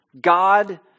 God